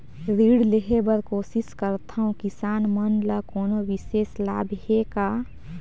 ऋण लेहे बर कोशिश करथवं, किसान मन ल कोनो विशेष लाभ हे का?